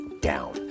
down